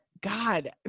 God